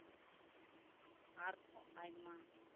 ᱟᱨᱦᱚᱸ ᱟᱭᱢᱟ